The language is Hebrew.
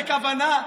בבקשה.